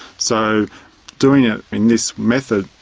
so doing it in this method,